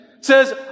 says